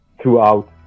throughout